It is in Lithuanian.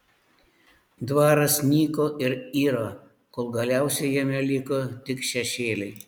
dvaras nyko ir iro kol galiausiai jame liko tik šešėliai